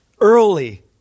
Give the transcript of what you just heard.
early